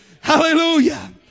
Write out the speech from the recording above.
hallelujah